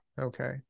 Okay